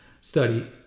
study